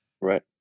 Right